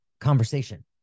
conversation